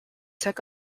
took